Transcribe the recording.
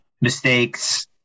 Mistakes